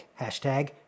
Hashtag